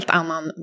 annan